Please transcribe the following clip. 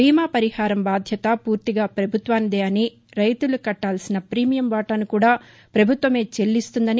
బీమా పరిహారం బాధ్యత పూర్తిగా ప్రభుత్వానిదే అని రైతులు కట్లాల్సిన ప్రీమియం వాటాను కూడా ప్రభుత్వమే చెల్లిస్తుందని